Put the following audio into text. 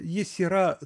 jis yra